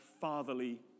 fatherly